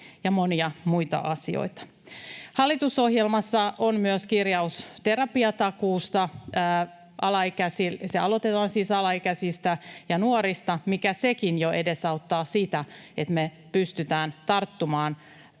ja monia muita asioita. Hallitusohjelmassa on myös kirjaus terapiatakuusta. Se aloitetaan siis alaikäisistä ja nuorista, mikä sekin jo edesauttaa sitä, että me pystytään tarttumaan